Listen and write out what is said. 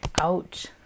Ouch